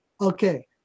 Okay